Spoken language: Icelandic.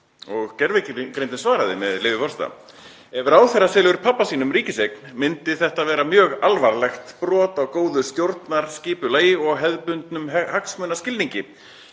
og gervigreindin svaraði, með leyfi forseta: „Ef ráðherra selur pabba sínum ríkiseign myndi þetta vera mjög alvarlegt brot á góðu stjórnarskipulagi og hefðbundnum hagsmunaskilningi.